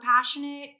passionate